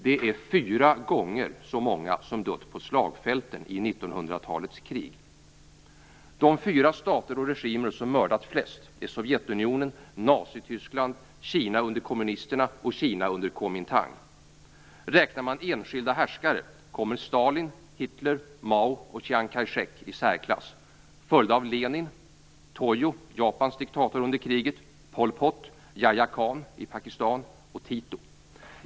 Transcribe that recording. Det är fyra gånger så många som de som dött på slagfälten i 1900-talets krig. De fyra stater och regimer som mördat flest är Sovjetunionen, Nazityskland, Kina under kommunisterna och Kina under Kuomintang. Räknar man enskilda härskare kommer Stalin, Hitler, Mao och Chaiang Kai-shek i särklass, följda av Lenin, Tojo, som var Japans diktator under kriget, Pol Pot, Yahya Kahn i Pakistan och Tito.